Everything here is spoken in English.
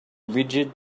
rigid